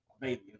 baby